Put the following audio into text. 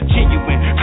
Genuine